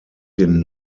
den